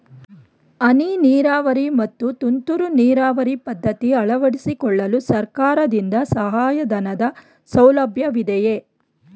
ಹನಿ ನೀರಾವರಿ ಮತ್ತು ತುಂತುರು ನೀರಾವರಿ ಪದ್ಧತಿ ಅಳವಡಿಸಿಕೊಳ್ಳಲು ಸರ್ಕಾರದಿಂದ ಸಹಾಯಧನದ ಸೌಲಭ್ಯವಿದೆಯೇ?